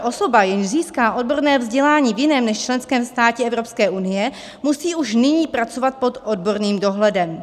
Osoba, jež získá odborné vzdělání v jiném než členském státě Evropské unie, musí už nyní pracovat pod odborným dohledem.